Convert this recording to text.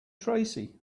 tracy